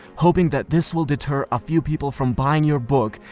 hoping that this will deter a few people from buying your book,